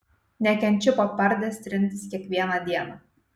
nekenčiu po pardes trintis kiekvieną dieną